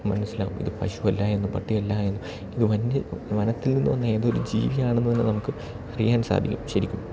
മനസ്സിലാവും ഇത് പശു അല്ലായെന്നും പട്ടി അല്ലായെന്നും ഇത് വന്യ വനത്തിൽ നിന്ന് വന്ന ഏതോ ഒരു ജീവിയാണ് എന്ന് തന്നെ നമുക്ക് അറിയാൻ സാധിക്കും ശരിക്കും